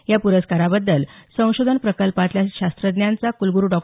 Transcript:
या पुरस्काराबद्दल संशोधन प्रकल्पातल्या शास्त्रज्ञांचा कलग्रू डॉ